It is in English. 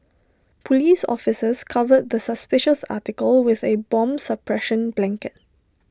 Police officers covered the suspicious article with A bomb suppression blanket